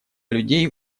людей